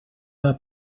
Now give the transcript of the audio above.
are